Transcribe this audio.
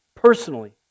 Personally